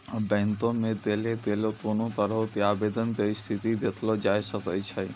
बैंको मे देलो गेलो कोनो तरहो के आवेदन के स्थिति देखलो जाय सकै छै